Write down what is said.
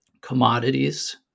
commodities